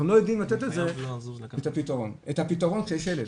אנחנו לא יודעים לתת את הפתרון כשיש ילד.